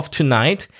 tonight